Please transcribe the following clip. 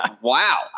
wow